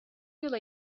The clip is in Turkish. yıla